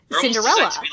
Cinderella